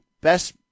best